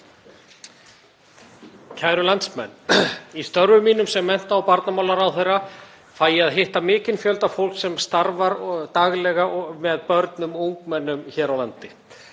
Kæru landsmenn. Í störfum mínum sem mennta- og barnamálaráðherra fæ ég að hitta mikinn fjölda fólks sem starfar daglega með börnum og ungmennum hér á landi.